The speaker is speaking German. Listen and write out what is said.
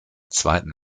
zweiten